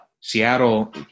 Seattle